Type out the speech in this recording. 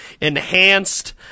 enhanced